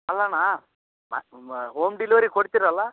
ಅಲ್ಲ ಅಣ್ಣ ಮತ್ತು ಹೋಮ್ ಡಿಲಿವರಿ ಕೊಡ್ತಿರಲ್ಲಾ